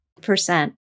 Percent